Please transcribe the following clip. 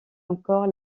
encore